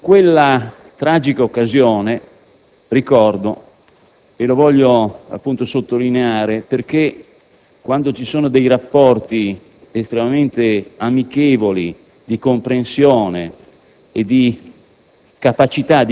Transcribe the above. In quella tragica occasione (lo ricordo, e lo voglio sottolineare, perché quando esistono rapporti estremamente amichevoli, di comprensione e di